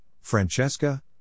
Francesca